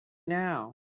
now